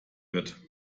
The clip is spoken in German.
wird